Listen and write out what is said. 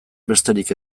besterik